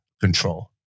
control